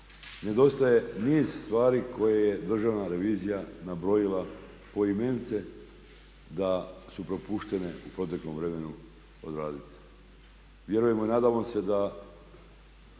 Nedostaje niz stvari koje je Državna revizija nabrojila poimence da su propuštene u proteklom vremenu odraditi. Vjerujemo i nadamo se da